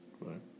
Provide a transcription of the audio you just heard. Right